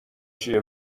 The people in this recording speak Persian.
چیه